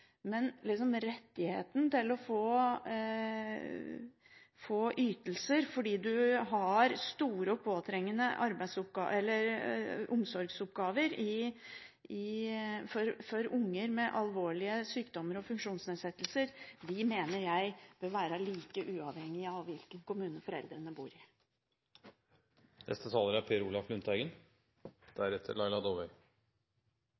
men rettigheten til å få ytelser fordi man har store og påtrengende omsorgsoppgaver for unger med alvorlige sykdommer og funksjonsnedsettelser, mener jeg bør være lik, uavhengig av hvilken kommune foreldrene bor i. Det er